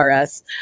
RS